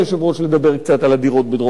לדבר קצת על הדירות בדרום תל-אביב,